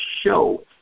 show